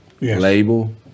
label